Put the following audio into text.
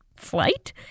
flight